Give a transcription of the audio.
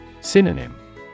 Synonym